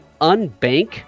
unbank